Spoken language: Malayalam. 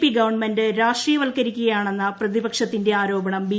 പി ഗവൺമെന്റ് രാഷ്ട്രീയ വത്ക്കരിക്കുകയാണെന്ന പ്രതിപക്ഷത്തിന്റെ ആരോപണം ബി